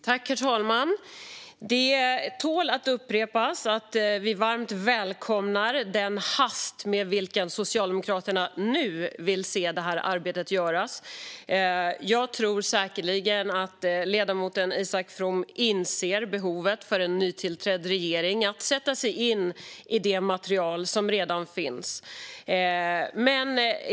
Herr talman! Det tål att upprepas att vi varmt välkomnar den hast med vilken Socialdemokraterna nu vill se arbetet göras. Jag tror säkert att ledamoten Isak From inser behovet för en nytillträdd regering att sätta sig in i det material som redan finns.